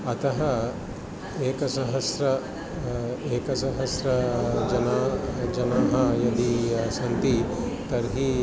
अतः एकसहस्र एकसहस्र जनाः जनाः यदि सन्ति तर्हि